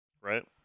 right